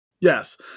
Yes